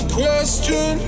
question